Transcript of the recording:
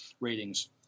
ratings